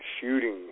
shooting